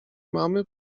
mamy